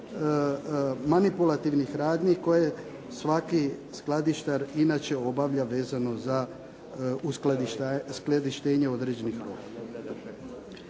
manipulativnih radnji koje svaki skladištar obavljanje inače vezano uz uskladištenje određenih roba.